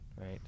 right